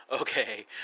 okay